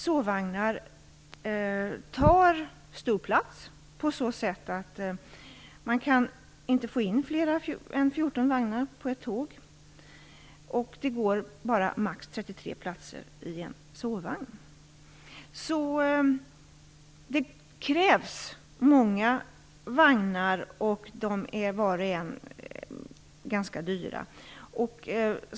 Sovvagnar tar stor plats på så sätt att man inte kan få in fler än 14 vagnar på ett tåg, och det går max 33 platser i en sovvagn. Det krävs därför många vagnar, och var och en är ganska dyr.